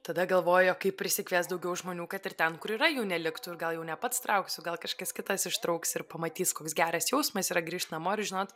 tada galvoju o kaip prisikviest daugiau žmonių kad ir ten kur yra jų neliktų ir gal jau ne pats trauksiu gal kažkas kitas ištrauks ir pamatys koks geras jausmas yra grįžt namo ir žinot